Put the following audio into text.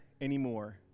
anymore